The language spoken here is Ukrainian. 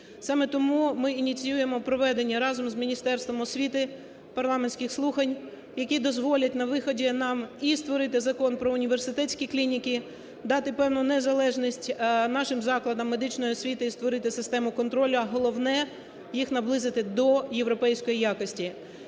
Саме тому ми ініціюємо проведення разом з Міністерством освіти парламентських слухань, які дозволять на виході нам і створити Закон про університетські клініки, дати певну незалежність нашим закладам медичної освіти і створити систему контролю, а головне – їх наблизити до європейської якості.